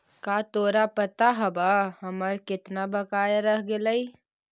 का तोरा पता हवअ हमर केतना बकाया रह गेलइ